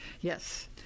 Yes